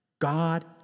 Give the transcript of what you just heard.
God